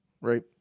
right